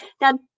now